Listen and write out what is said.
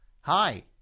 Hi